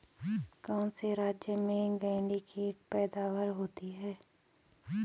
कौन से राज्य में गेंठी की पैदावार होती है?